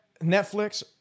Netflix